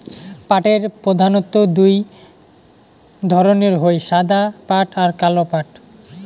পাটের প্রধানত্ব দু ধরণের হই সাদা পাট আর কালো পাট